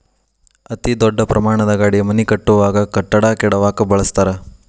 ಅತೇ ದೊಡ್ಡ ಪ್ರಮಾಣದ ಗಾಡಿ ಮನಿ ಕಟ್ಟುವಾಗ, ಕಟ್ಟಡಾ ಕೆಡವಾಕ ಬಳಸತಾರ